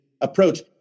approach